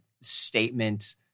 statement